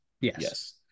Yes